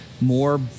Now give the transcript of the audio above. more